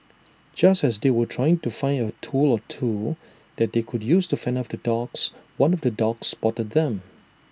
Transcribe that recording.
just as they were trying to find A tool or two that they could use to fend off the dogs one of the dogs spotted them